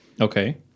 Okay